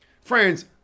Friends